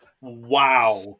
Wow